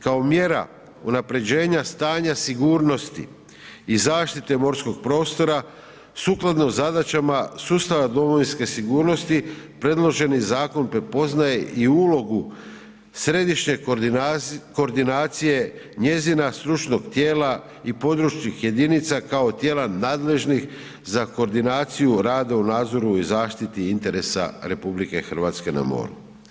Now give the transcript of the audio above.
Kao mjera unapređenja stanja sigurnosti i zaštite morskog prostora, sukladno zadaćama sustava domovinske sigurnosti predloženi zakon prepoznaje i ulogu središnje koordinacije, njezina stručnog tijela i područnih jedinica kao tijela nadležnih za koordinaciju rada u nadzoru i zaštiti interesa RH na moru.